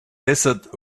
desert